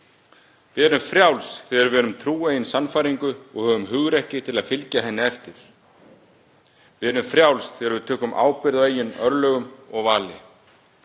Við erum frjáls þegar við erum trú eigin sannfæringu og höfum hugrekki til að fylgja henni eftir. Við erum frjáls þegar við tökum ábyrgð á eigin örlögum og vali.